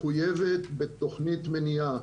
מחויבת בתוכנית מניעה.